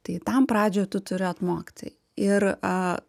tai tam pradžioj tu turi atmokti ir a